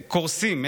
קורסים,